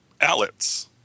outlets